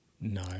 No